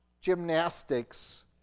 gymnastics